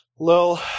Little